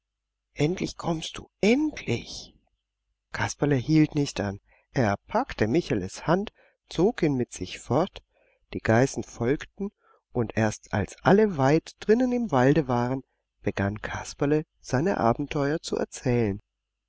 endlich kommst du endlich kasperle hielt nicht an er packte micheles hand und zog ihn mit fort die geißen folgten und erst als alle weit drinnen im walde waren begann kasperle seine abenteuer zu erzählen